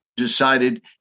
Decided